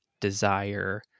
desire